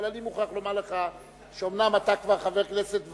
אבל אני מוכרח לומר לך שאומנם אתה חבר כנסת ותיק,